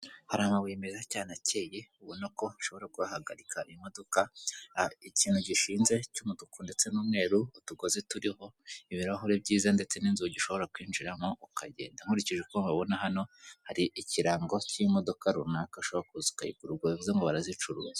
Hari amabuye meza cyane akeye ubona ko ushobora guhagarika imodoka, ikintu gishinze cy'umutuku ndetse n'umweru, utugozi turiho, ibirahuri byiza ndetse n'inzugi ushobora kwinjiramo ukagenda, nkurikije uko mpabona hano hari ikirango cy'imodoka runaka ushobora kuza ukayigura, ubwo bivuze ngo barazicuruza.